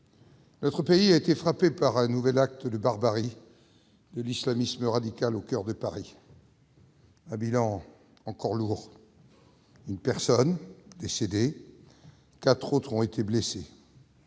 notre pays a été frappé par un nouvel acte de barbarie de l'islamisme radical, au coeur de Paris. Le bilan, encore une fois, est lourd : une personne est décédée, quatre autres ont été blessées.